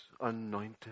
anointed